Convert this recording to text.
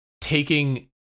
taking